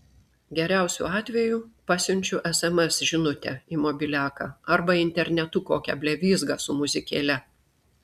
geriausiu atveju pasiunčiu sms žinutę į mobiliaką arba internetu kokią blevyzgą su muzikėle